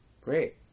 Great